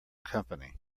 company